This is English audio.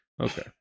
okay